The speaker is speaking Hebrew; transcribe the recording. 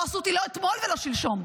לא עשו אותי לא אתמול ולא שלשום.